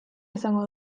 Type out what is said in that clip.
izango